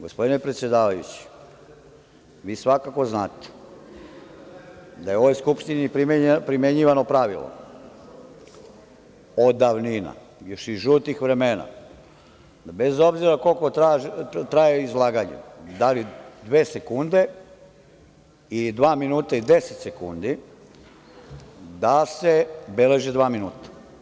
Gospodine predsedavajući, vi svakako znate da je u ovoj Skupštini primenjivano pravilo od davnina, još iz žutih vremena, da bez obzira koliko traje izlaganje, da li dve sekunde ili dva minuta i 10 sekundi, da se beleži dva minuta.